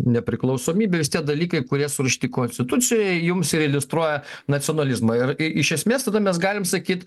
nepriklausomybės tie dalykai kurie surašyti konstitucijoj jums jie iliustruoja nacionalizmą ir iš esmės tada mes galim sakyt